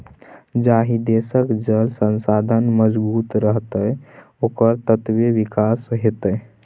जाहि देशक जल संसाधन मजगूत रहतै ओकर ततबे विकास हेतै